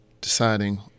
deciding